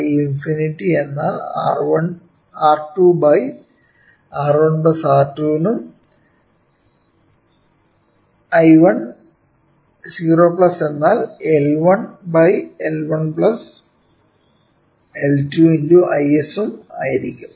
I1∞ എന്നാൽ R2 R1 R2 ന്നും I10 എന്നാൽ L1 L1L2 x Is ഉം ആയിരിക്കും